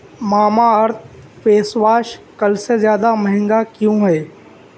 ماما ارتھ face wash کل سے زیادہ مہنگا کیوں ہے